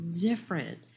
different